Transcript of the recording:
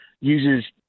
uses